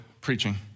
preaching